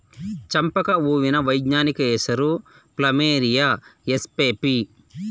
ಚಂಪಕ ಹೂವಿನ ವೈಜ್ಞಾನಿಕ ಹೆಸರು ಪ್ಲಮೇರಿಯ ಎಸ್ಪಿಪಿ